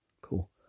Cool